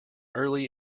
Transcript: early